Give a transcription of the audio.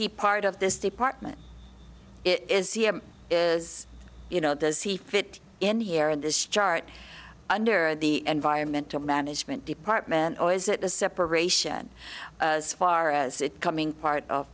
he part of this department it is is you know does he fit in here in this chart under the environmental management department or is it the separation as far as it coming part